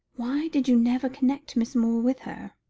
why did you never connect miss moore with her?